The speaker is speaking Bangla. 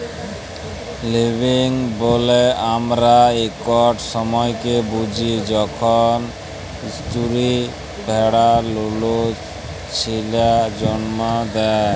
ল্যাম্বিং ব্যলে আমরা ইকট সময়কে বুঝি যখল ইস্তিরি ভেড়া লুলু ছিলা জল্ম দেয়